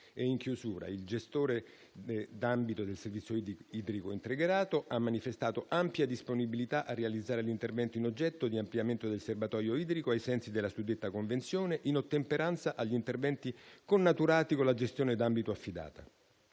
in chiusura, il gestore d'ambito del servizio idrico integrato ha manifestato ampia disponibilità a realizzare gli interventi in oggetto di ampliamento del serbatoio idrico, ai sensi della suddetta convenzione, in ottemperanza agli interventi connaturati con la gestione d'ambito affidata.